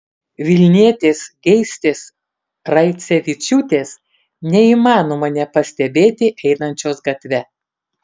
vilnietės geistės raicevičiūtės neįmanoma nepastebėti einančios gatve